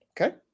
Okay